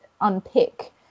unpick